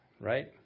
right